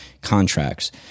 Contracts